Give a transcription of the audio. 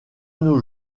nos